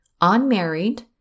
unmarried